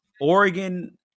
Oregon